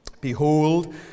Behold